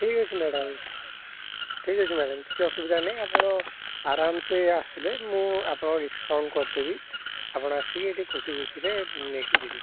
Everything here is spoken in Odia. ଠିକ୍ ଅଛି ମ୍ୟାଡ଼ାମ୍ ଠିକ୍ ଅଛି ମ୍ୟାଡ଼ାମ୍ କିଛି ଅସୁବିଧା ନାହିଁ ଆପଣ ଆରାମ ସେ ଆସିଲେ ମୁଁ ଆପଣଙ୍କ ଡିସ୍କାଉଣ୍ଟ କରିଦେବି ଆପଣ ଆସିକି ଖୁସି ଖୁସିରେ ନେଇକି ଯିବେ